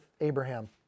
Abraham